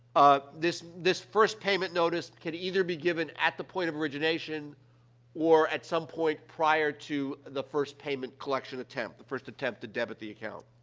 ah, this this first payment notice can either be given at the point of origination or at some point prior to the first payment collection attempt, the first attempt to debit the account.